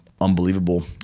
unbelievable